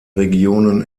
regionen